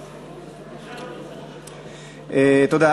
תודה.